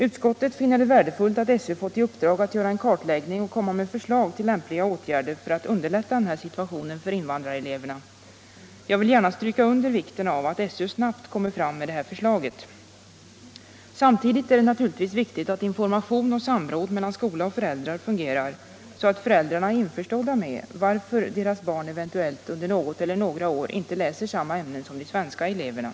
Utskottet finner det värdefullt att SÖ fått i uppdrag att göra en kartläggning och komma med förslag till lämpliga åtgärder för att underlätta den här situationen för invandrareleverna. Jag vill gärna stryka under vikten av att SÖ snabbt kommer med förslag. Samtidigt är det naturligtvis viktigt att information och samråd mellan skolan och föräldrarna fungerar, så att föräldrarna är införstådda med varför deras Nr 141 barn eventuellt under något eller några år inte läser samma ämnen som Lördagen den de svenska eleverna.